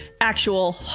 actual